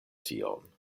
tion